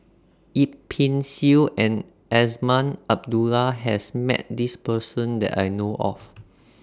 Yip Pin Xiu and Azman Abdullah has Met This Person that I know of